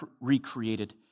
recreated